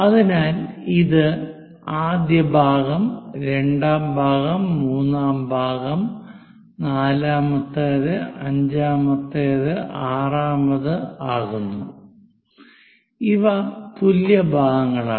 അതിനാൽ ഇത് ആദ്യ ഭാഗം രണ്ടാം ഭാഗം മൂന്നാം ഭാഗം നാലാമത് അഞ്ചാമത് ആറാമത് ആകുന്നു ഇവ തുല്യ ഭാഗങ്ങളാണ്